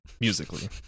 musically